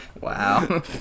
Wow